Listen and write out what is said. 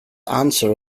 answer